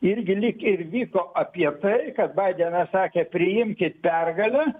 irgi lyg ir vyko apie tai kad badenas sakė priimkit pergalę